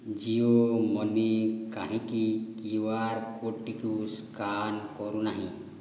Jio money କାହିଁକି Q R କୋଡ଼୍ଟିକୁ scan କରୁନାହିଁ